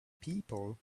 people